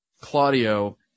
Claudio